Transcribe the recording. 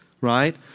right